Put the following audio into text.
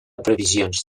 previsions